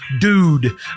Dude